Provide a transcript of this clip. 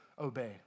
obey